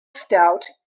stout